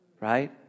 right